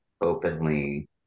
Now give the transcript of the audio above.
openly